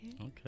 Okay